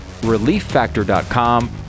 ReliefFactor.com